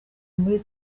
muri